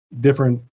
Different